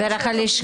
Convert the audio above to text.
הוא מגיע דרך הלשכה?